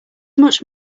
much